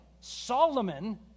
Solomon